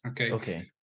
okay